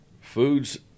food's